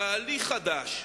תהליך חדש,